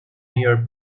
near